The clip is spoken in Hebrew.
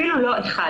אפילו לא אחד.